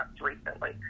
recently